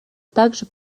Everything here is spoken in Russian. также